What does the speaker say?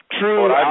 True